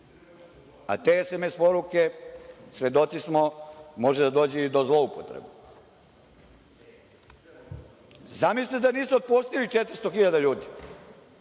a te SMS poruke svedoci smo, može da dođe i do zloupotrebe. Zamisli da nisu otpustili 400.000 ljudi.